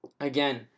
again